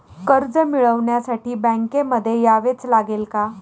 कर्ज मिळवण्यासाठी बँकेमध्ये यावेच लागेल का?